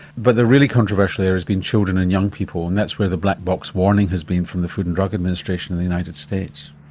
but the really controversial area has been children and young people and that's where the black box warning has been from the food and drug administration in the united states.